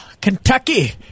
Kentucky